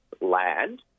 land